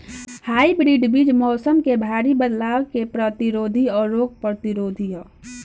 hybrid बीज मौसम में भारी बदलाव के प्रतिरोधी और रोग प्रतिरोधी ह